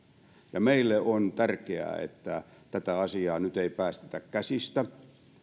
ja meille on tärkeää että tätä asiaa nyt ei päästetä käsistä